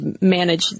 manage